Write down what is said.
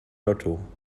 lotto